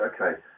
okay